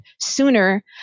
sooner